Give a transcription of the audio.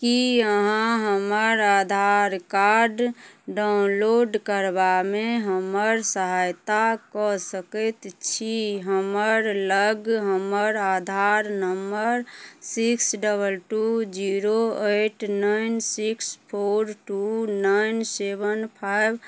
कि अहाँ हमर आधार कार्ड डाउनलोड करबामे हमर सहायता कऽ सकै छी हमरलग हमर Aadhaar number six double two zero eight nine six four two nine seven five